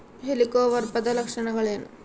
ಹೆಲಿಕೋವರ್ಪದ ಲಕ್ಷಣಗಳೇನು?